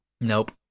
Nope